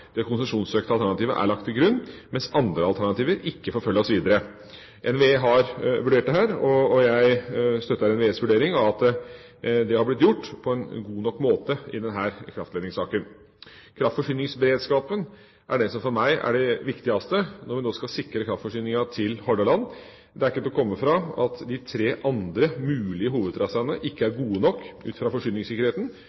det konsesjonssøkte alternativet er lagt til grunn, mens andre alternativer ikke forfølges videre. NVE har vurdert dette, og jeg støtter NVEs vurdering av at det er gjort på en god nok måte i denne kraftledningssaken. Kraftforsyningsberedskapen er den som for meg er det viktigste når vi nå skal sikre kraftforsyninga til Hordaland. Det er ikke til å komme fra at de tre andre mulige hovedtraseene ikke er